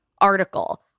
article